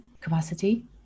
capacity